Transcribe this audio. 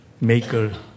maker